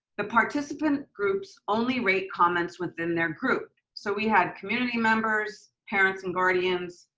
the participant groups only rate comments within their group. so we had community members, parents and guardians,